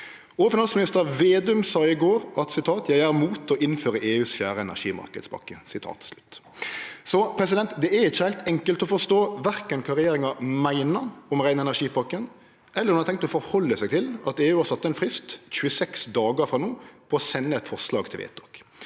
Finansminister Vedum sa i går: «Jeg er imot å innføre EUs fjerde energimarkedspakke.» Det er ikkje heilt enkelt å forstå verken kva regjeringa meiner om rein energi-pakken, eller om dei har tenkt å forhalde seg til at EU har sett ein frist, 26 dagar frå no, for å sende eit forslag til vedtak.